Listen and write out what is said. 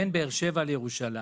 בין באר שבע לירושלים,